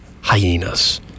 hyenas